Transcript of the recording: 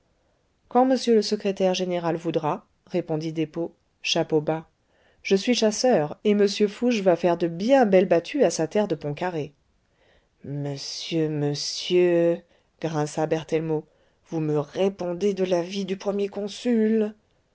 quand m le secrétaire général voudra répondit despaux chapeau bas je suis chasseur et m fouché va faire de bien belles battues à sa terre de pont carré monsieur monsieur grinça berthellemot vous me répondez de la vie du premier consul